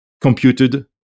computed